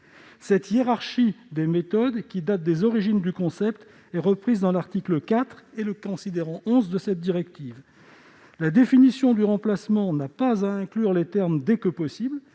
Cette hiérarchisation des méthodes, qui date des origines du concept, est reprise dans l'article 4 et le considérant 11 de la directive européenne. La définition du remplacement n'a pas à inclure les termes « dès que possible ».